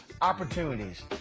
opportunities